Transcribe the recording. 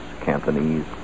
Cantonese